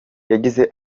yagize